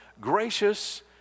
gracious